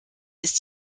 ist